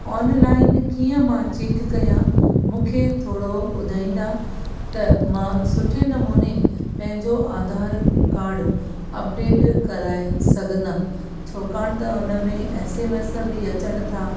online कीअं मां check कयां मूंखे थोरो ॿुधाईंदा त मां सुठे नमूने पंहिंजो आधार कार्ड अपडेट कराए सघंदमि छाकाणि त हुन में एसएमएस बि अचनि था